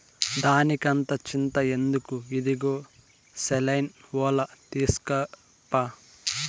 దానికంత చింత ఎందుకు, ఇదుగో నైలాన్ ఒల తీస్కోప్పా